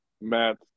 Matt